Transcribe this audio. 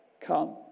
Come